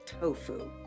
tofu